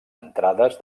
entrades